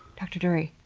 dr. durie,